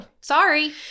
sorry